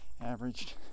Averaged